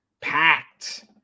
packed